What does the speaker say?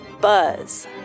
buzz